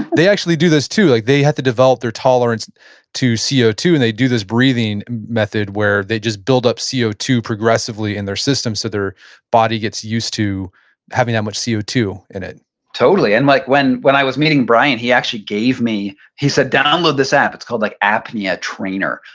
they actually do this too. like they had to develop their tolerance to c o two and they do this breathing method where they just build up c o two progressively in their system so their body gets used to having that much c o two in it totally. and like when when i was meeting brian, he actually gave me, he said, download this app, it's called like apnea trainer.